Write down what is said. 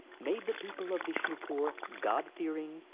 made the people of vishnupur god-fearing,